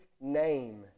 name